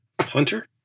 Hunter